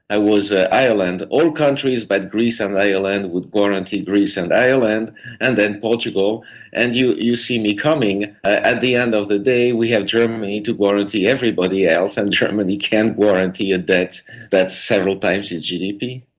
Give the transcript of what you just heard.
was ah ireland, all countries but greece and ireland would guarantee greece and ireland and then portugal and you you see me coming at the end of the day we have germany to guarantee everybody else and germany can't guarantee a debt that's several times its gdp.